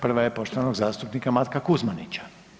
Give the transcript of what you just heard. Prva je poštovanog zastupnika Matka Kuzmanića.